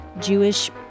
Jewish